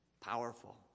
Powerful